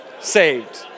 saved